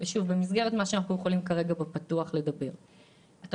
במסגרת מה שהדיון הפתוח מאפשר.